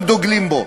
שאתם דוגלים בו.